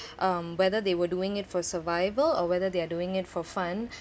um whether they were doing it for survival or whether they are doing it for fun